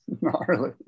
Gnarly